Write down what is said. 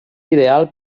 ideal